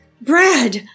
Brad